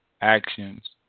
actions